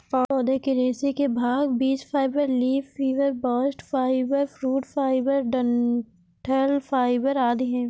पौधे के रेशे के भाग बीज fibre, leaf fibre, bast fibre, fruit fibre, डंठल फाइबर आदि है